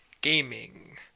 gaming